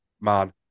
man